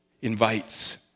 invites